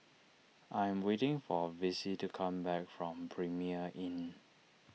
I am waiting for Vicy to come back from Premier Inn